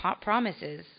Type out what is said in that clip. promises